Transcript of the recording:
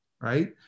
right